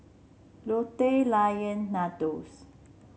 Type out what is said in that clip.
Lotte Lion Nandos